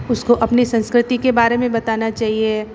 उसको अपने संस्कृति के बारे में बताना चाहिए